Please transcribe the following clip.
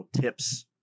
tips